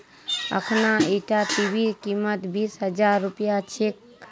अखना ईटा टीवीर कीमत बीस हजार रुपया छेक